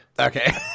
okay